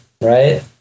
right